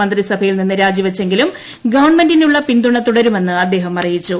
മന്ത്രിസഭയിൽ നിന്ന് രാജിവച്ചെങ്കിലും ഗവൺമെന്റിനുള്ള പിന്തുണ തുടരുമെന്ന് അദ്ദേഹം അറിയിച്ചു